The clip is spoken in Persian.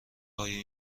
هایی